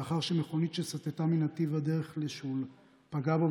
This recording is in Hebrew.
לאחר שמכונית שסטתה מנתיב הדרך לשול פגעה בו